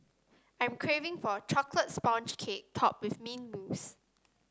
I'm craving for a chocolate sponge cake topped with mint mousse